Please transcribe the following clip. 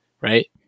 right